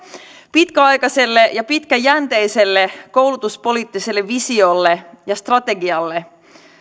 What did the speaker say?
pitkäaikaiselle ja pitkäjänteiselle koulutuspoliittiselle visiolle ja strategialle